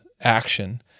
action